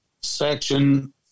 section